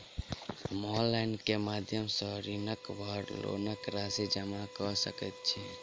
हम ऑनलाइन केँ माध्यम सँ ऋणक वा लोनक राशि जमा कऽ सकैत छी?